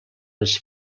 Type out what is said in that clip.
les